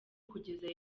kugeza